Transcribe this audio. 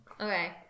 Okay